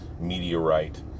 meteorite